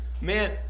Man